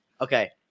Okay